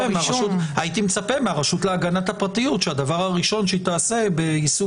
הייתי מצפה מהרשות להגנת הפרטיות שהדבר הראשון שהיא תעשה ביישום